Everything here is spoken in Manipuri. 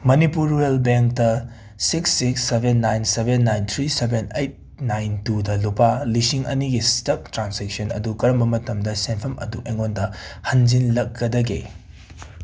ꯃꯅꯤꯄꯨꯔ ꯔꯨꯔꯦꯜ ꯕꯦꯡꯇ six six seven nine seven nine three seven eight nine ꯇꯨꯗ ꯂꯨꯄꯥ ꯂꯤꯁꯤꯡ ꯑꯅꯤꯒꯤ ꯁ꯭ꯇꯛ ꯇ꯭ꯔꯥꯟꯁꯦꯛꯁꯟ ꯑꯗꯨ ꯀꯔꯝꯕ ꯃꯇꯝꯗ ꯁꯦꯟꯐꯝ ꯑꯗꯨ ꯑꯩꯉꯣꯟꯗ ꯍꯟꯖꯤꯜꯂꯛꯀꯗꯒꯦ